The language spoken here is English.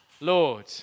Lord